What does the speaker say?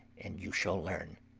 and you shall learn.